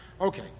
Okay